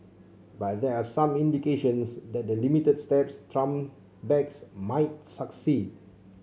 but there are some indications that the limited steps Trump backs might succeed